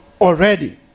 already